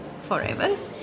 forever